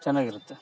ಚೆನ್ನಾಗಿರುತ್ತೆ